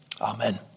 Amen